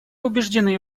убеждены